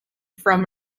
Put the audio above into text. from